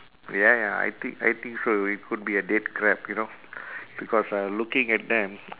ya ya I think I think so it could be a dead crab you know because uh looking at them